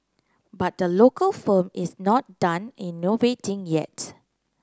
but the local firm is not done innovating yet